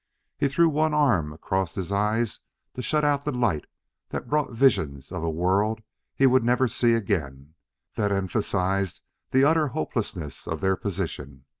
he threw one arm across his eyes to shut out the light that brought visions of a world he would never see again that emphasized the utter hopelessness of their position.